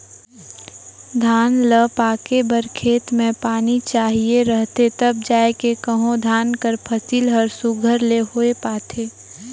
धान ल पाके बर खेत में पानी चाहिए रहथे तब जाएके कहों धान कर फसिल हर सुग्घर ले होए पाथे